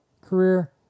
career